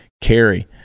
carry